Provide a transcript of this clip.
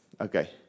Okay